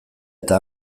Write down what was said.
eta